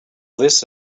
this